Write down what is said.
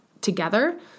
together